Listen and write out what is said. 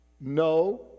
no